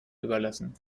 überlassen